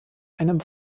einem